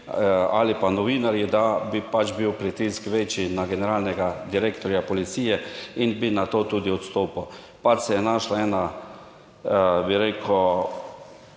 ali pa novinarji, da bi pač bil pritisk večji na generalnega direktorja policije in bi nato tudi odstopil. Pač se je našla ena, bi rekel,